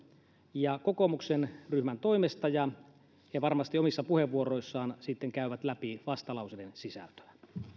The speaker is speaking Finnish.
ja kokoomuksen ryhmän toimesta ja he varmasti omissa puheenvuoroissaan käyvät läpi vastalauseiden sisältöä